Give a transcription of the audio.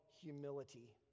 humility